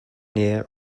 near